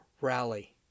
rally